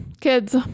kids